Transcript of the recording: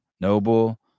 Noble